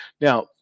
Now